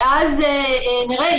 ואז נראה,